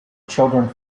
children